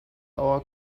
our